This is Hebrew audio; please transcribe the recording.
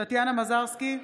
טטיאנה מזרסקי,